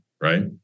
right